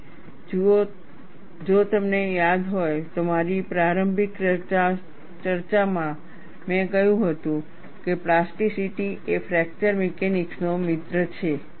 જુઓ જો તમને યાદ હોય તો મારી પ્રારંભિક ચર્ચામાં મેં કહ્યું હતું કે પ્લાસ્ટિસિટી એ ફ્રેકચર મિકેનિક્સનો મિત્ર છે